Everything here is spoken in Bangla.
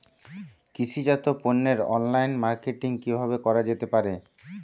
কৃষিজাত পণ্যের অনলাইন মার্কেটিং কিভাবে করা যেতে পারে?